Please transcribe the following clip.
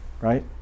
Right